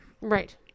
right